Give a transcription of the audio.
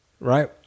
right